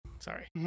Sorry